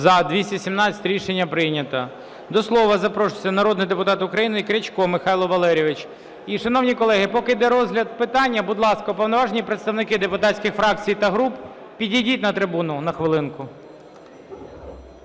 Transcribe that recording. За-217 Рішення прийнято. До слова запрошується народний депутат України Крячко Михайло Валерійович. І, шановні колеги, поки йде розгляд питання, будь ласка, уповноважені представники депутатських фракцій та груп, підійдіть на трибуну на хвилинку.